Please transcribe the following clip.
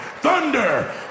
Thunder